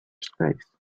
space